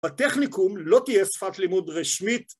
הטכניקום לא תהיה שפת לימוד רשמית